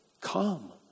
Come